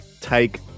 take